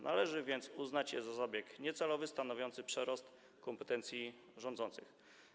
Należy więc uznać je za zabieg niecelowy, stanowiący przerost kompetencji rządzących.